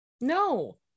no